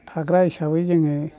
थाग्रा हिसाबै जोङो